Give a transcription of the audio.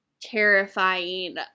terrifying